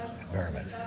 environment